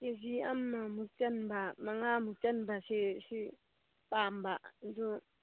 ꯀꯦ G ꯑꯃꯃꯨꯛ ꯆꯟꯕ ꯃꯉꯥꯃꯨꯛ ꯆꯟꯕꯁꯦ ꯁꯤ ꯄꯥꯝꯕ ꯑꯗꯣ